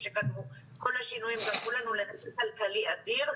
שקדמו כל השינויים גרמו לנו לנזק כלכלי אדיר,